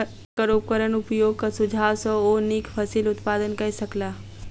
हुनकर उपकरण उपयोगक सुझाव सॅ ओ नीक फसिल उत्पादन कय सकला